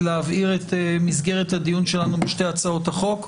המשפטית להבהיר את מסגרת הדיון שלנו בשתי הצעות החוק.